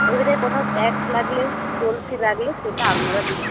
এবারে কোথাও ট্যাক্স লাগলে টোল ফী লাগলে সেটা আপনারা দেবেন